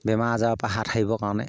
বেমাৰ আজাৰৰপৰা হাত সাৰিবৰ কাৰণে